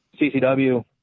CCW